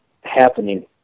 happening